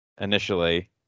initially